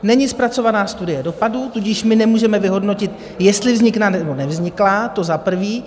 Není zpracovaná studie dopadů, tudíž my nemůžeme vyhodnotit, jestli vznikla nebo nevznikla, to za prvé.